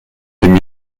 tym